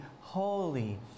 holy